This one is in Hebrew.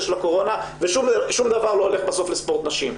של הקורונה ושום דבר לא הולך בסוף לספורט נשים,